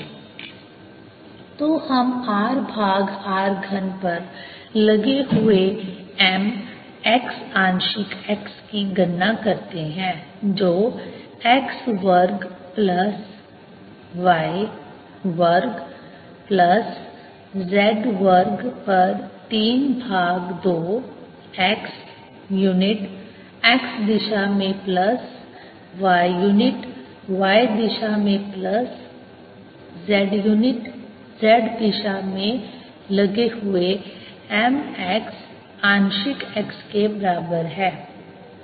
A04π mrr304πmrr3 r≠0Br04π mrr3 mmx∂xmy∂ymz∂z तो हम r भाग r घन पर लगे हुए m x आंशिक x की गणना करते हैं जो x वर्ग प्लस y वर्ग प्लस z वर्ग पर 3 भाग 2 x यूनिट x दिशा में प्लस y यूनिट y दिशा में प्लस z यूनिट z दिशा में लगे हुए m x आंशिक x के बराबर है